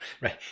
Right